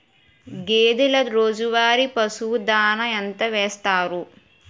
గేదెల రోజువారి పశువు దాణాఎంత వేస్తారు?